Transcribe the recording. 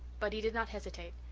but he did not hesitate.